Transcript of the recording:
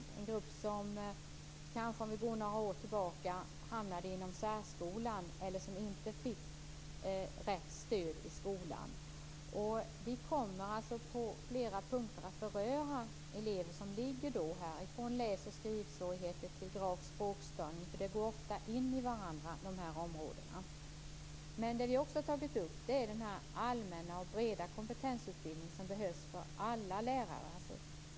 Det är en grupp som, om vi går några år tillbaka, hamnade inom särskolan eller inte fick rätt stöd i skolan. Vi kommer på flera punkter att beröra dessa elever - från dem med läsoch skrivsvårigheter till dem med grav språkstörning. Dessa områden går ofta in i varandra. Det vi också har tagit upp är den allmänna och breda kompetensutbildning som behövs för alla lärare.